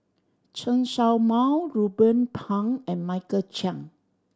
Chen Show Mao Ruben Pang and Michael Chiang